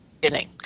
beginning